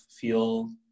feel